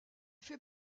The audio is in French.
fait